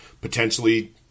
potentially